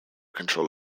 control